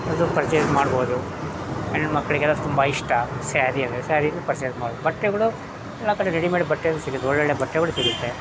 ಅದು ಪರ್ಚೇಸ್ ಮಾಡ್ಬೋದು ಹೆಣ್ಮಕ್ಕಳಿಗೆಲ್ಲ ತುಂಬ ಇಷ್ಟ ಸ್ಯಾರಿ ಅಂದರೆ ಸ್ಯಾರಿಯೂ ಪರ್ಚೆಸ್ ಮಾಡಿ ಬಟ್ಟೆಗಳು ಎಲ್ಲ ಕಡೆ ರೆಡಿಮೇಡ್ ಬಟ್ಟೆಗಳು ಸಿಗುತ್ತೆ ಒಳ್ಳೊಳ್ಳೆ ಬಟ್ಟೆಗಳು ಸಿಗುತ್ತೆ